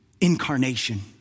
incarnation